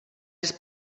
els